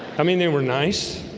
i mean they were nice,